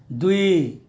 ଦୁଇ